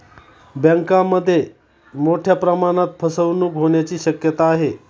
बँकांमध्ये मोठ्या प्रमाणात फसवणूक होण्याची शक्यता आहे